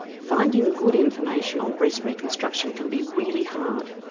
finding good information on breast reconstructions can be really hard.